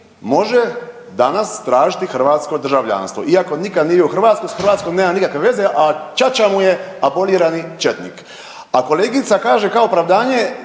može danas tražiti hrvatsko državljanstvo iako nikad nije u Hrvatskoj, s Hrvatskom nema nikakve veze, a ćaća mu je abolirani četnik. A kolegica kaže kao opravdanje